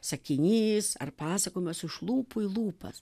sakinys ar pasakojimas iš lūpų į lūpas